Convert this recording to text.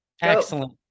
excellent